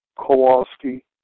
Kowalski